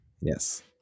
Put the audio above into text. Yes